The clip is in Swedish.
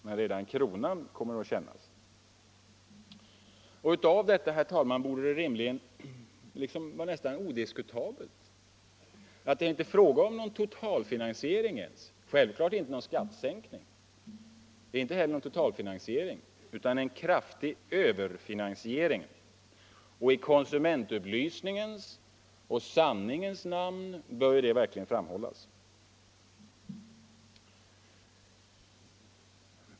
Men redan kronan kommer att kännas. Av detta, herr talman, framgår att det självklart inte är fråga om någon skattesänkning. Det är inte heller någon ”totalfinansiering” utan en kraftig överfinansiering. I konsumentupplysningens och sanningens namn bör det verkligen framhållas.